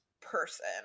Person